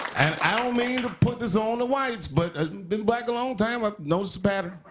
and i don't mean to put this on the whites. but been black a longtime, i've known some